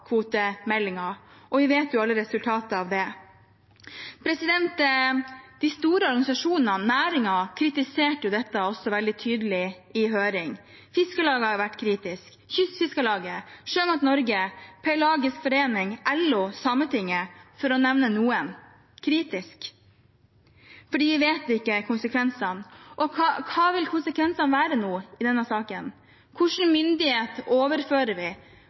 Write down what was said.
Vi vet alle hva resultatet av det ble. De store organisasjonene og næringen kritiserte dette også veldig tydelig i høring. Fiskarlaget, Kystfiskarlaget, Sjømat Norge, Pelagisk forening, LO og Sametinget, for å nevne noen, har vært kritiske. De har vært kritiske fordi vi ikke kjenner konsekvensene. Hva vil konsekvensene være i denne saken? Hvilken myndighet overfører vi?